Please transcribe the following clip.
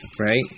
right